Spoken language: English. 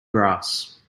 grass